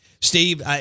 Steve